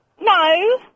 No